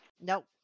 Nope